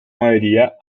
maioria